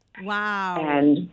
Wow